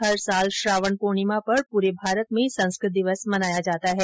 हर साल श्रावण पूर्णिमा पर पूरे भारत में संस्कृत दिवस मनाया जाता है